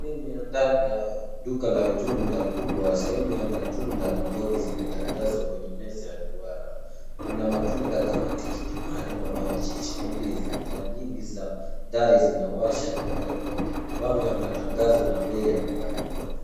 Sehemu ya ndani ya duka la jumla kubwa, sehemu ya matunda na mboga zimetandazwa kwenye meza ya duara. Kuna matunda kama tikiti maji, maparachichi na ndizi. Taa nyingi za dari zinawasha eneo lote. Mabango ya matangazo na bei yamebandikwa juu.